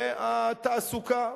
זה התעסוקה.